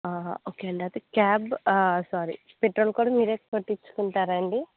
okay అండి అది cab sorry petrol కూడా మీరు పట్టించుకుంటారా అండి